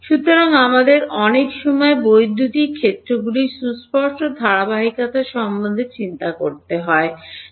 সুতরাং আমাদের অনেক সময় বৈদ্যুতিক ক্ষেত্রগুলির সুস্পষ্ট ধারাবাহিকতা সম্পর্কে চিন্তা করতে হবে